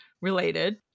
related